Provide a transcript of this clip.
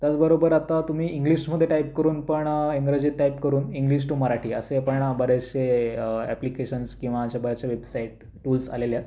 त्याचबरोबर आता तुम्ही इंग्लिशमध्ये टाइप करून पण इंग्रजीत टाइप करून इंग्लिश टू मराठी असे पण बरेचसे अॅप्लिकेशन्स किंवा असे बरेचसे वेबसाईट टूल्स आलेले आहेत